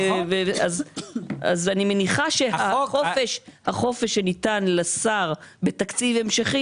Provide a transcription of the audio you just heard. אני מניחה שהחופש שניתן לשר בתקציב ההמשכי